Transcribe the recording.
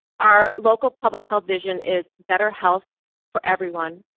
our local public health vision is better health for everyone,